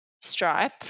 Stripe